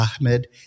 Ahmed